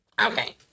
Okay